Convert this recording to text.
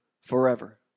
forever